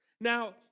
Now